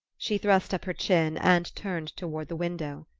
she thrust up her chin and turned toward the window.